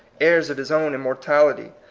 heirs of his own im mortality,